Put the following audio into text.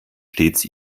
stets